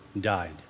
died